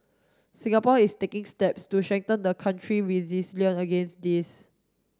Singapore is taking steps to strengthen the country against this